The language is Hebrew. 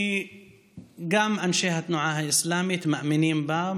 כי גם אנשי התנועה האסלמית מאמינים בה,